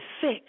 sick